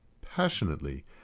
passionately